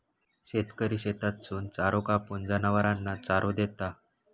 शेतकरी शेतातसून चारो कापून, जनावरांना चारो देता